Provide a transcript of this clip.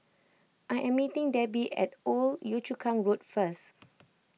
I am meeting Debi at Old Yio Chu Kang Road first